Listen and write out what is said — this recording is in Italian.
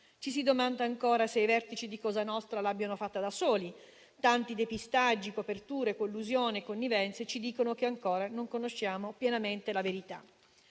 Ci si domanda ancora se i vertici di cosa nostra l'abbiano fatta da soli. Tanti depistaggi, coperture, collusioni e connivenze ci dicono che ancora non conosciamo pienamente la verità.